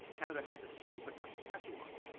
canada has it too, but not saskatchewan.